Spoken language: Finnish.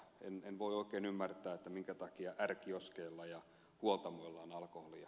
en voi oikein ymmärtää minkä takia r kioskeilla ja huoltamoilla on alkoholia